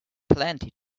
plenty